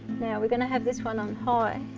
now we're going to have this one on high,